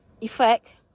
effect